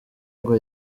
ngo